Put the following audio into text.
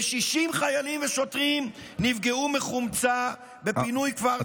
ו-60 חיילים ושוטרים נפגעו מחומצה בפינוי כפר דרום.